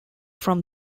from